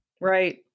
Right